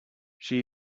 she